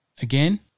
Again